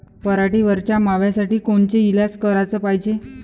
पराटीवरच्या माव्यासाठी कोनचे इलाज कराच पायजे?